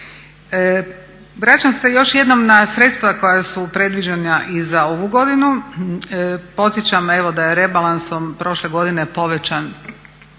Vraćam se još jednom na sredstva koja su predviđena i za ovu godinu. Podsjećam evo da je rebalansom prošle godine povećan